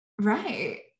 right